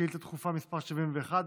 שאילתה דחופה מס' 71,